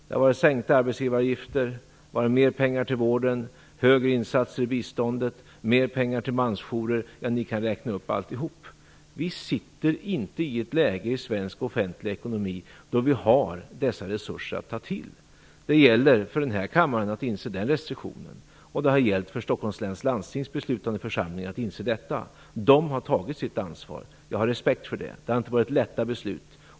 Det har handlat om sänkta arbetsgivaravgifter, mer pengar till vården, högre insatser i biståndet, mer pengar till mansjourer - jag skulle kunna räkna upp mer. Vi befinner oss inte i det läget i svensk offentlig ekonomi att dessa resurser finns att ta till. Det gäller för kammaren att inse den restriktionen. Det har gällt för Stockholms läns landstings beslutande församling att inse detta. De har tagit sitt ansvar. Jag har respekt för det. Det har inte varit lätta beslut.